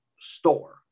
store